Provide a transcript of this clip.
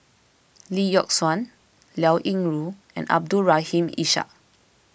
Lee Yock Suan Liao Yingru and Abdul Rahim Ishak